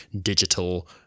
digital